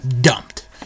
dumped